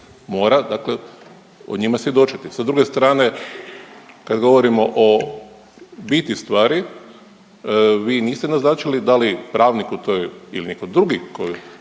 mora dakle o njima svjedočiti. Sa druge strane, kad govorimo o biti stvari, vi niste naznačili da li pravnik u toj ili netko drugi koji